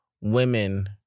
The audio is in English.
Women